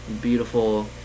beautiful